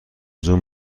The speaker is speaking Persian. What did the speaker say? زوم